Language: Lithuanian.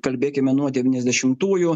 kalbėkime nuo devyniasdešimtųjų